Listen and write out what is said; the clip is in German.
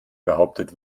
behauptet